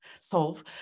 solve